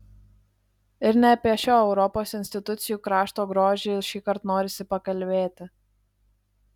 ir ne apie šio europos institucijų krašto grožį šįkart norisi pakalbėti